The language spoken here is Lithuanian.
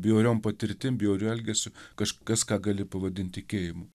bjauriom patirtim bjauriu elgesiu kažkas ką gali pavadint tikėjimu